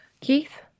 Keith